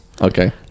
Okay